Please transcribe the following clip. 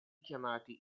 chiamati